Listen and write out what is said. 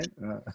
right